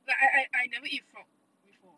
like I I I never eat frog before